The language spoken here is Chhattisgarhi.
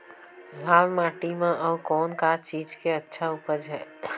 लाल माटी म अउ कौन का चीज के अच्छा उपज है?